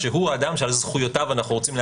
שהוא האדם שעל זכויותיו אנחנו רוצים להגן.